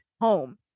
home